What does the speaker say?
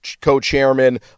co-chairman